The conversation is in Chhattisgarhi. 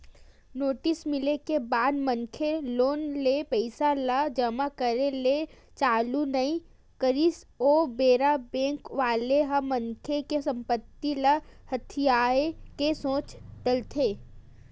नोटिस मिले के बाद मनखे लोन ले पइसा ल जमा करे के चालू नइ करिस ओ बेरा बेंक वाले ह मनखे के संपत्ति ल हथियाये के सोच डरथे